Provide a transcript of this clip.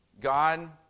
God